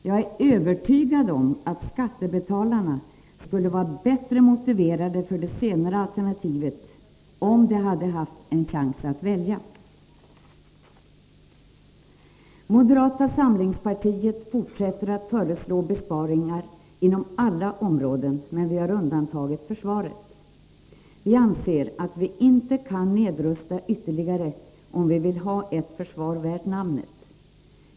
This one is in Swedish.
Jag är övertygad om att skattebetalarna skulle vara bättre motiverade för det senare alternativet, om de hade haft en chans att välja. Moderata samlingspartiet fortsätter att föreslå besparingar inom alla områden, men vi har undantagit försvaret. Vi anser att vi inte kan nedrusta ytterligare, om vi vill ha ett försvar värt namnet.